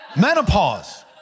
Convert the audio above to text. Menopause